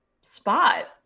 spot